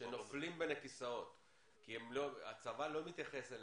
או איזה שהוא אירוע שקרה לו לפני הצבא או במהלך הצבא ולא מובא לידינו,